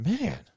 man